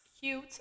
cute